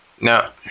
Now